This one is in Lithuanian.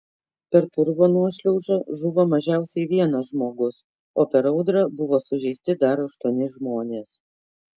per purvo nuošliaužą žuvo mažiausiai vienas žmogus o per audrą buvo sužeisti dar aštuoni žmonės